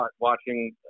watching